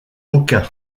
aucun